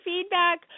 feedback